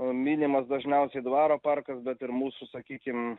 minimas dažniausiai dvaro parkas bet ir mūsų sakykim